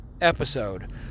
episode